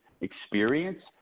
experience